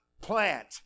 plant